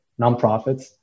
nonprofits